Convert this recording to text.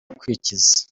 kwikiza